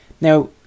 Now